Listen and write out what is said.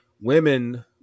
women